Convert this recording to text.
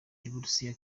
burusiya